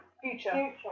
Future